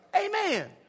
Amen